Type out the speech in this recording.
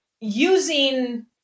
using